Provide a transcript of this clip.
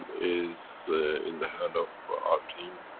is in the hand of our team.